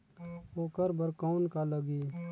ओकर बर कौन का लगी?